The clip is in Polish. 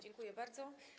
Dziękuję bardzo.